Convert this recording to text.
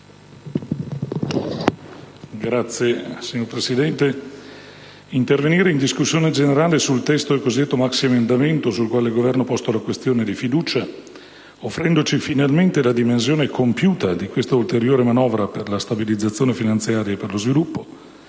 Signor Presidente, intervenire in discussione sul testo del cosiddetto maxiemendamento, sul quale il Governo ha posto la questione di fiducia, offrendoci finalmente la dimensione compiuta di questa ulteriore manovra per la stabilizzazione finanziaria e per lo sviluppo,